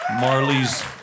Marley's